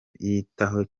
yitaho